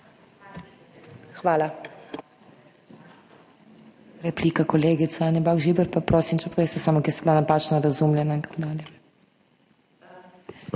Hvala.